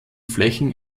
flächen